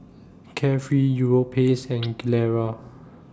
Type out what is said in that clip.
Carefree Europace and Gilera